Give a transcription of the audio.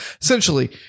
essentially